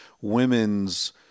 women's